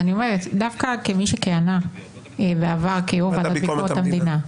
דווקא כמי שכיהנה בעבר כיו"ר ועדת ביקורת המדינה,